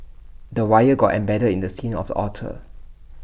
the wire got embedded in the skin of the otter